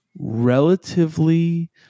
Relatively